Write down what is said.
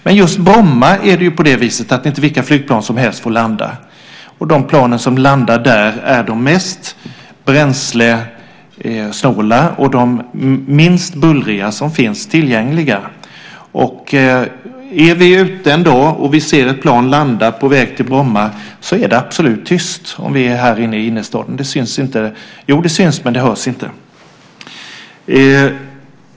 Men just på Bromma flygplats får inte vilka flygplan som helst landa. De plan som landar där är de mest bränslesnåla och de minst bullriga som finns tillgängliga. Om vi är ute och ser ett plan som är på väg till Bromma för att landa så hörs det inte härifrån innerstan.